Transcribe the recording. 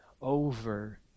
over